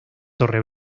torre